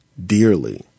dearly